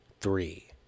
three